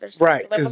right